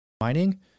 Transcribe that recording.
mining